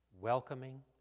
welcoming